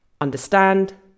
understand